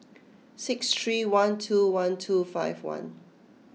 six three one two one two five one